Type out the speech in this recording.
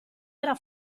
era